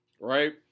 Right